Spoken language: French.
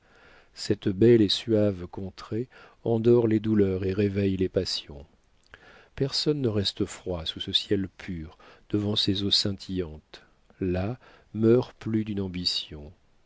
cette belle et suave contrée endort les douleurs et réveille les passions personne ne reste froid sous ce ciel pur devant ces eaux scintillantes là meurt plus d'une ambition